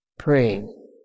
praying